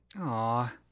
Aw